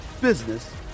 business